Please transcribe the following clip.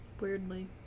weirdly